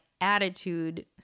attitude